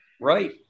Right